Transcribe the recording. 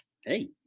Hey